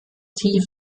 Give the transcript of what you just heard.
tief